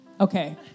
Okay